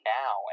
now